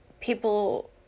people